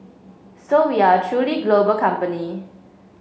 so we are a truly global company